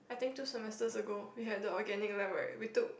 I think two semesters ago we had the organic lab right we took